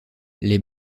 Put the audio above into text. les